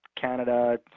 Canada